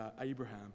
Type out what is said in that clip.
Abraham